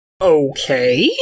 Okay